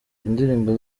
ndirimbo